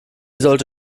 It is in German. sollte